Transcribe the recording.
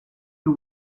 you